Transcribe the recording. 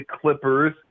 Clippers